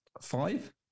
five